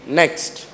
next